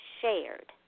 shared